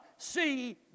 see